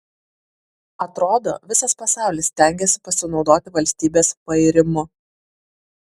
atrodo visas pasaulis stengiasi pasinaudoti valstybės pairimu